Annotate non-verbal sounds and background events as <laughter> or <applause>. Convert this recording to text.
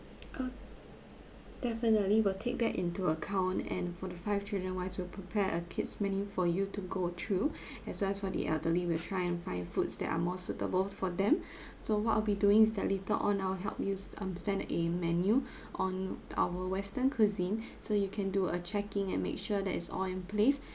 <noise> orh definitely we'll take that into account and for the five children wise we'll prepare a kid's menu for you to go through as well as for the elderly we'll try and find foods that are more suitable for them so what I'll be doing is that later on I will help you s~ um send a menu on our western cuisine so you can do a checking and make sure that is all in place